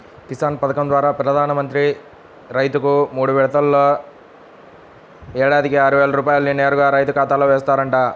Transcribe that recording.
కిసాన్ పథకం ద్వారా ప్రధాన మంత్రి రైతుకు మూడు విడతల్లో ఏడాదికి ఆరువేల రూపాయల్ని నేరుగా రైతు ఖాతాలో ఏస్తారంట